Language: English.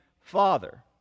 Father